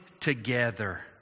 together